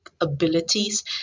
abilities